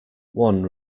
one